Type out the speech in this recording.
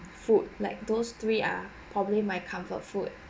food like those three are probably my comfort food